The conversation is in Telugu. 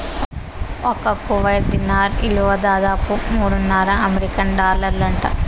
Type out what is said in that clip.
ఒక్క కువైట్ దీనార్ ఇలువ దాదాపు మూడున్నర అమెరికన్ డాలర్లంట